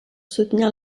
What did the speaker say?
soutenir